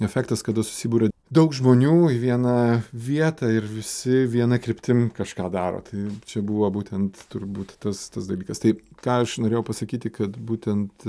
efektas kada susiburia daug žmonių į vieną vietą ir visi viena kryptim kažką daro tai čia buvo būtent turbūt tas tas dalykas tai ką aš norėjau pasakyti kad būtent